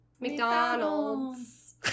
McDonald's